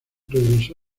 regresó